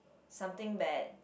something bad